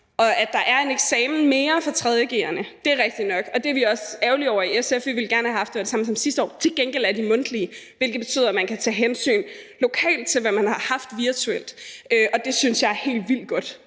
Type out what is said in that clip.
og at der er én eksamen mere for 3. g'erne, er rigtigt nok, og det er vi også ærgerlige over i SF, vi ville gerne have haft, at det var det samme som sidste år, til gengæld er de mundtlige, hvilket betyder, at man kan tage hensyn lokalt til, hvad man har haft virtuelt, og det synes jeg er helt vildt godt.